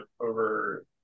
over